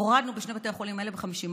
הורדנו בשני בתי החולים האלה ב-50%.